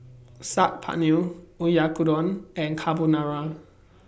Saag Paneer Oyakodon and Carbonara